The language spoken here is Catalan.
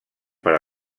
per